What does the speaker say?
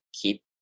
keep